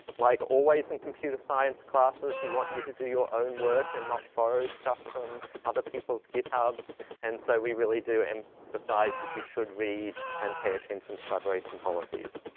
like always in computer science classes, we want you to do your own work and not borrow stuff from other people's githubs and so we really do and emphasize that you should read and pay attention to collaboration policies.